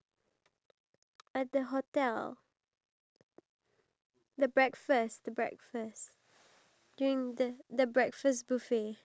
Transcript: and then once I saw this this person he's so dumb he go and put like gooey stuff inside and then the whole thing got stuck